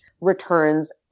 returns